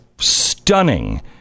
stunning